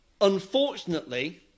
Unfortunately